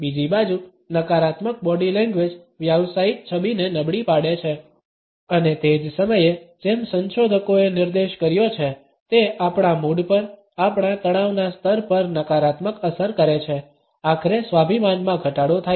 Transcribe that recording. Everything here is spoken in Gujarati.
બીજી બાજુ નકારાત્મક બોડી લેંગ્વેજ વ્યાવસાયિક છબીને નબળી પાડે છે અને તે જ સમયે જેમ સંશોધકોએ નિર્દેશ કર્યો છે તે આપણા મૂડ પર આપણા તણાવના સ્તર પર નકારાત્મક અસર કરે છે આખરે સ્વાભિમાનમાં ઘટાડો થાય છે